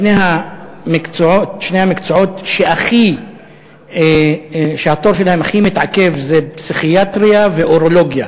שני המקצועות שהתור בהם הכי מתעכב זה פסיכיאטריה ואורולוגיה,